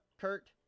Kurt